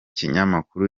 kinyamakuru